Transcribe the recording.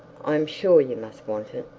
i am sure you must want it